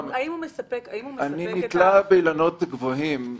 אני נתלה באילנות גבוהים.